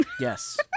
Yes